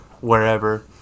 wherever